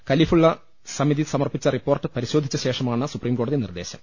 ഖലീഫുള്ള സമിതി സമർപ്പിച്ച റിപ്പോർട്ട് പരിശോധിച്ച ശേഷമാണ് സുപ്രീംകോടതി നിർദ്ദേശം